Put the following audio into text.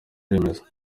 remezo